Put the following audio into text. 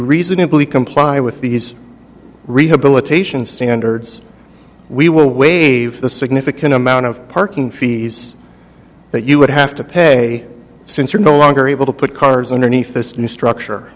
reasonably comply with these rehabilitation standards we will waive the significant amount of parking fees that you would have to pay since you're no longer able to put cars underneath this new structure